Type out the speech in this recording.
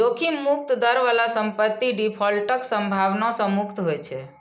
जोखिम मुक्त दर बला संपत्ति डिफॉल्टक संभावना सं मुक्त होइ छै